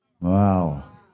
Wow